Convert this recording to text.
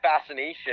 fascination